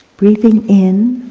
breathing in,